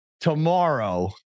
tomorrow